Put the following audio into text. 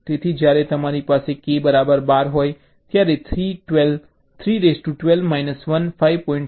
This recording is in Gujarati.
તેથી જ્યારે તમારી પાસે k બરાબર 12 હોય ત્યારે 312 1 5